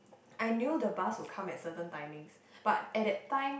I knew the bus will come at certain timings but at that time